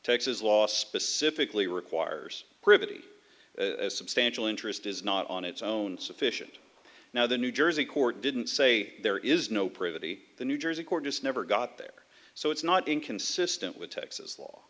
texas law specifically requires privity as substantial interest is not on its own sufficient now the new jersey court didn't say there is no privity the new jersey court just never got there so it's not inconsistent with texas law